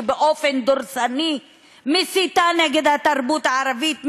שבאופן דורסני מסיתה נגד התרבות הערבית,